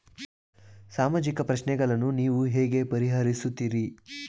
ಸಾಮಾಜಿಕ ಪ್ರಶ್ನೆಗಳನ್ನು ನೀವು ಹೇಗೆ ಪರಿಹರಿಸುತ್ತೀರಿ?